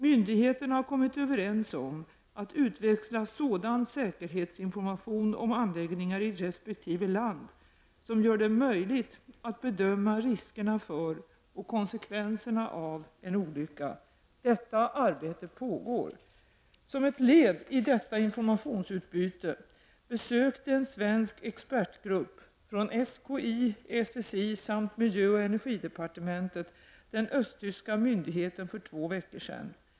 Myndigheterna har kommit överens om att utväxla sådan säkerhetsinformation om anläggningar i resp. land som gör det möjligt att bedöma riskerna för och konsekvenserna av en olycka. Detta arbete pågår. Som ett led i detta informationsutbyte besökte en svensk expertgrupp från SKI, SSI samt miljöoch energidepartementet den östtyska myndigheten för två veckor sedan.